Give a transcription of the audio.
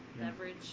Leverage